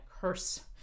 curse